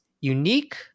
Unique